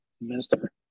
minister